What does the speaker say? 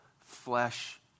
flesh